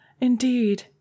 indeed